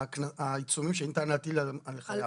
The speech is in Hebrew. העיצומים שניתן להטיל על חייב.